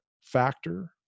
factor